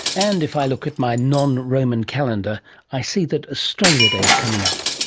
and if i look at my non-roman calendar i see that australia day is coming up,